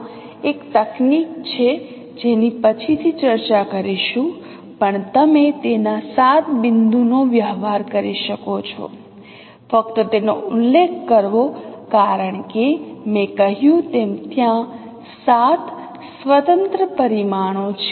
ત્યાં એક તકનીક છે જેની પછીથી ચર્ચા કરીશું પણ તમે તેના 7 બિંદુ નો વ્યવહાર કરી શકો છો ફક્ત તેનો ઉલ્લેખ કરવો કારણ કે મેં કહ્યું તેમ ત્યાં 7 સ્વતંત્ર પરિમાણો છે